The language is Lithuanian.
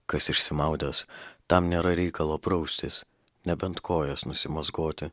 kas išsimaudęs tam nėra reikalo praustis nebent kojas nusimazgoti